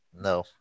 No